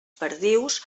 perdius